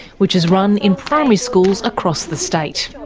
which is run in primary schools across the state.